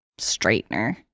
straightener